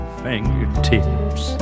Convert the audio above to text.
fingertips